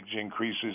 increases